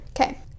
Okay